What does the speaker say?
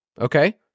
okay